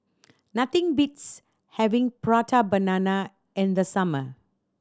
nothing beats having Prata Banana in the summer